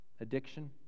addiction